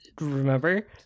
remember